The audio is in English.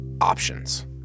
options